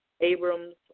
abram's